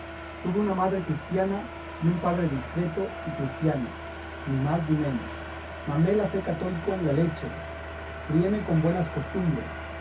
tuve una madre cristiana y un padre discreto y cristiano ni más ni menos mamé la fe católica en la leche criéme con buenas costumbres